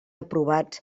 aprovats